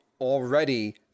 already